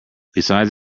besides